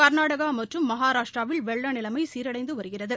கள்நாடகா மற்றும் மகாராஷ்டிராவில் வெள்ளநிலைமை சீரடைந்து வருகிறது